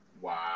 Wow